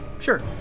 Sure